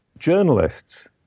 journalists